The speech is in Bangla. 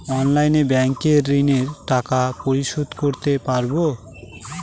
অনলাইনে ব্যাংকের ঋণের টাকা পরিশোধ করতে পারবো?